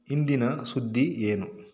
ಇಂದಿನ ಸುದ್ದಿ ಏನು